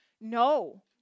No